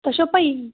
تۄہہِ چھُوا پَے